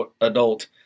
adult